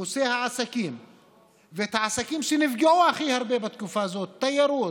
דפוסי העסקים ואת העסקים שנפגעו הכי הרבה בתקופה הזאת: תיירות,